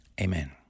Amen